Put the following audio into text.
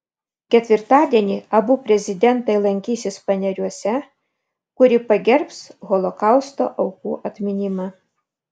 ketvirtadienį abu prezidentai lankysis paneriuose kuri pagerbs holokausto aukų atminimą